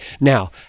now